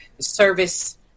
service